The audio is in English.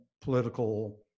political